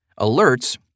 Alerts